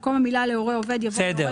במקום המילה "להורה עובד" --- בסדר.